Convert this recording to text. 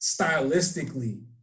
Stylistically